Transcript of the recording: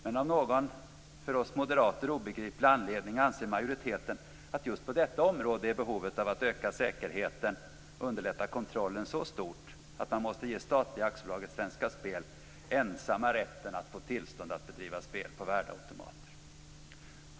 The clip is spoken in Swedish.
Men av någon för oss moderater obegriplig anledning anser majoriteten att på just detta område är behovet av att öka säkerheten och underlätta kontrollen så stort att man måste ge statliga AB Svenska Spel ensamt rätten att få tillstånd att bedriva spel på värdeautomater.